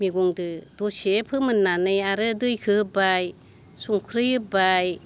मैगंदों दसे फोमोननानै आरो दैखौ होबाय संख्रि होबाय